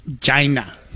China